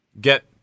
get